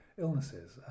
illnesses